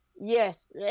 Yes